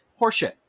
Horseshit